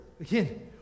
again